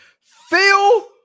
Phil